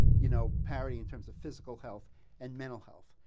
you know, parody in terms of physical health and mental health.